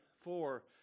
four